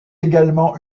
également